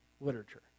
literature